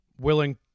willing –